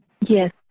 yes